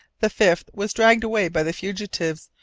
the fifth was dragged away by the fugitives,